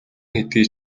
хэдий